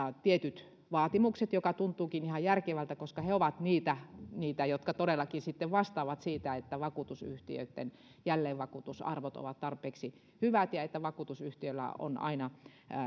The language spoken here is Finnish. tietyt vaatimukset mikä tuntuukin ihan järkevältä koska he ovat niitä niitä jotka todellakin sitten vastaavat siitä että vakuutusyhtiöitten jälleenvakuutusarvot ovat tarpeeksi hyvät ja että vakuutusyhtiöllä on aina